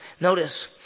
Notice